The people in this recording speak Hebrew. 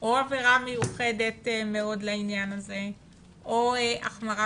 או עבירה מיוחדת מאוד לעניין הזה או החמרה